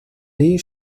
lee